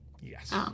yes